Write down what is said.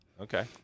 Okay